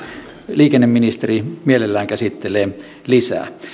liikenneministeri mielellään käsittelee lisää